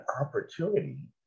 opportunity